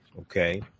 okay